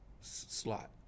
slot